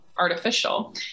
artificial